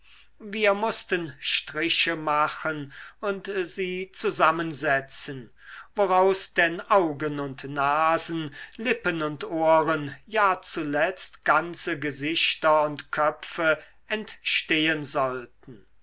wir mußten striche machen und sie zusammensetzen woraus denn augen und nasen lippen und ohren ja zuletzt ganze gesichter und köpfe entstehen sollten